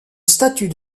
statue